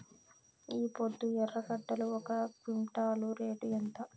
ఈపొద్దు ఎర్రగడ్డలు ఒక క్వింటాలు రేటు ఎంత?